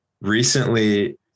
recently